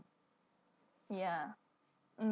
ya mm